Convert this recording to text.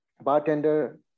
Bartender